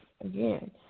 Again